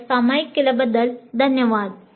com वर सामायिक केल्याबद्दल धन्यवाद